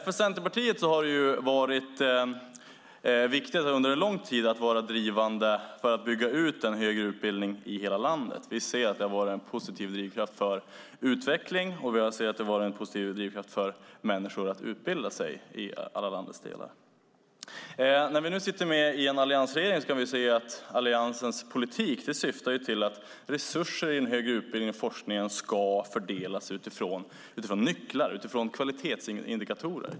För Centerpartiet har det varit viktigt under en lång tid att vara drivande i fråga om att bygga ut en högre utbildning i hela landet. Vi ser att det har varit en positiv drivkraft för utveckling, och vi ser att det har varit en positiv drivkraft för människor att utbilda sig i alla landets delar. När vi nu sitter med i en alliansregering kan vi se att Alliansens politik syftar till att resurser i den högre utbildningen och forskningen ska fördelas utifrån nycklar, utifrån kvalitetsindikatorer.